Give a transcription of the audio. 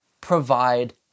Provide